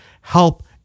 help